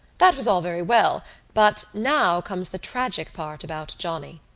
that was all very well but now comes the tragic part about johnny.